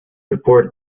report